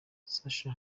sacha